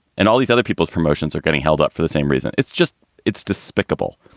and all these other people's promotions are getting held up for the same reason. it's just it's despicable.